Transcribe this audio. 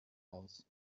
aus